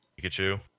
Pikachu